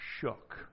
shook